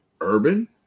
urban